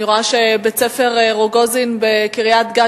אני רואה שבית-ספר "רוגוזין" בקריית-גת